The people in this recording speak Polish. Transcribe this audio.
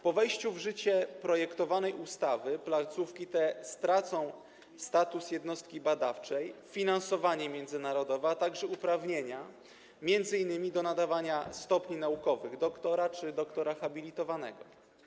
Po wejściu w życie projektowanej ustawy placówki te stracą status jednostki badawczej, finansowanie międzynarodowe, a także uprawnienia, m.in. do nadawania stopni naukowych doktora czy doktora habilitowanego.